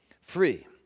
free